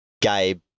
Gabe